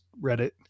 reddit